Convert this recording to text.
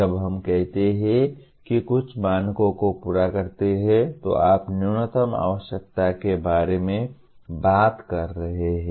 जब हम कहते हैं कि कुछ मानकों को पूरा करते हैं तो आप न्यूनतम आवश्यकताओं के बारे में बात कर रहे हैं